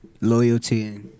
loyalty